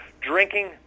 Drinking